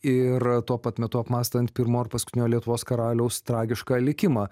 ir tuo pat metu apmąstant pirmo ir paskutinio lietuvos karaliaus tragišką likimą